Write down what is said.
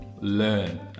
learn